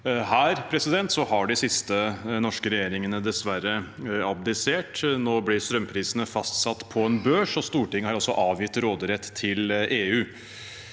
vår. Her har de siste norske regjeringene dessverre abdisert. Nå blir strømprisene fastsatt på en børs, og Stortinget har også avgitt råderett til EU.